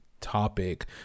topic